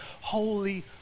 holy